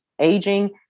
aging